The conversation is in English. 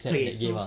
wait so